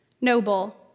noble